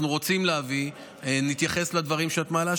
רוצים להביא נתייחס לדברים שאת מעלה,